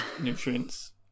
nutrients